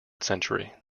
century